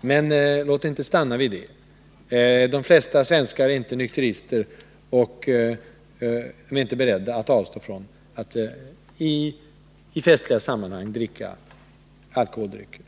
Men låt det inte stanna vid det. De flesta svenskar är inte nykterister, och de är inte beredda att avstå från att i festliga sammanhang dricka alkoholdrycker.